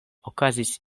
okazis